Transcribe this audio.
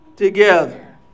together